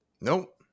Nope